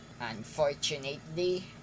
unfortunately